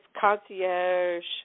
concierge